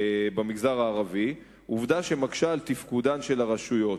המגזר הערבי, דבר שמקשה את תפקודן של הרשויות.